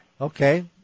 Okay